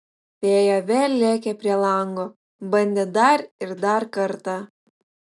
fėja vėl lėkė prie lango bandė dar ir dar kartą